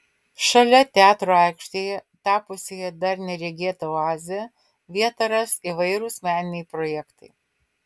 šalia teatro aikštėje tapusioje dar neregėta oaze vietą ras įvairūs meniniai projektai